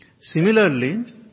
Similarly